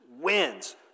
wins